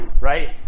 right